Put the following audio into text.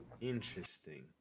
Interesting